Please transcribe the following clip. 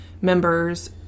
members